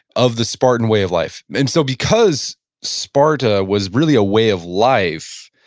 of the spartan way of life. and so because sparta was really a way of life,